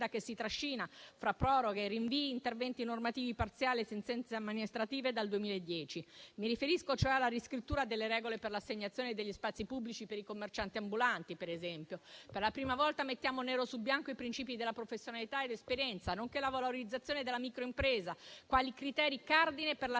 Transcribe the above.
che si trascina, fra proroghe e rinvii, interventi normativi parziali e sentenze amministrative, dal 2010. Mi riferisco, cioè, alla riscrittura delle regole per l'assegnazione degli spazi pubblici per i commercianti ambulanti, per esempio. Per la prima volta, mettiamo nero su bianco i principi della professionalità e dell'esperienza, nonché la valorizzazione della microimpresa quali criteri cardine per l'assegnazione